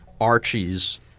Archies